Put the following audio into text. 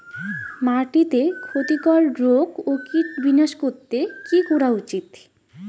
মাটিতে ক্ষতি কর রোগ ও কীট বিনাশ করতে কি করা উচিৎ?